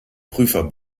prüfer